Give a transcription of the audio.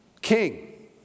King